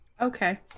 Okay